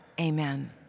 Amen